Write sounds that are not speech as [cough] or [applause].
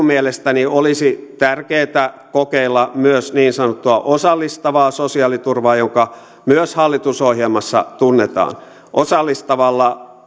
[unintelligible] mielestäni olisi tärkeätä kokeilla myös niin sanottua osallistavaa sosiaaliturvaa joka myös hallitusohjelmassa tunnetaan osallistavalla [unintelligible]